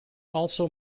also